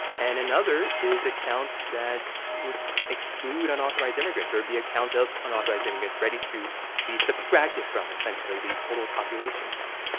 and another is a count that would exclude unauthorized immigrants or be a count of unauthorized immigrants ready to be subtracted from essentially the total population count